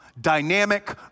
dynamic